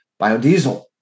biodiesel